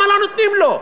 למה לא נותנים לו?